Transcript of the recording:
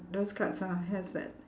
those cards are has that